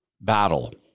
battle